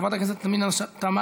חברת הכנסת פנינה תמנו,